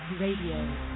Radio